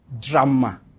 drama